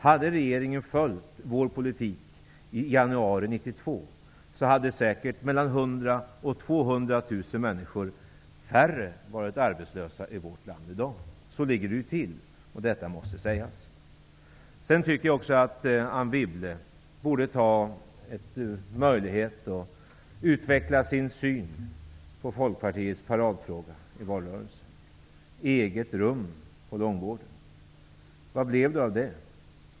Om regeringen hade följt vår politik i januari 1992 hade säkert 100 000--200 000 människor färre varit arbetslösa i vårt land i dag. Så ligger det till. Detta måste sägas. Sedan tycker jag också att Anne Wibble borde utveckla sin syn på Folkpartiets paradfråga i valrörelsen, nämligen eget rum på långvården. Vad blev det av den?